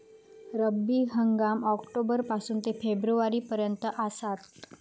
रब्बी हंगाम ऑक्टोबर पासून ते फेब्रुवारी पर्यंत आसात